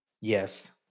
Yes